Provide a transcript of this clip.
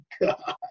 God